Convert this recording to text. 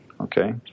okay